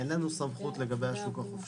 אין לנו פה סמכות לגבי השוק החופשי.